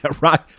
right